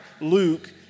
Luke